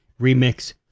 remix